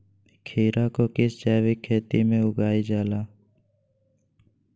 खीरा को किस जैविक खेती में उगाई जाला?